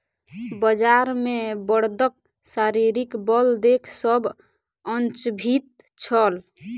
बजार मे बड़दक शारीरिक बल देख सभ अचंभित छल